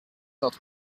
not